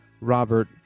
Robert